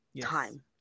time